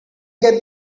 get